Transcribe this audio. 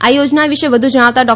આ યોજના વિશે વધુ જણાવતા ડો